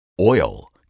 Oil